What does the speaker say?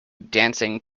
dancing